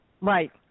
Right